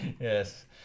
Yes